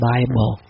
Bible